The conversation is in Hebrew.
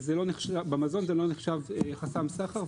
במזון זה לא נחשב חסם סחר,